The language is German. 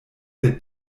der